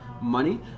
money